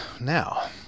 now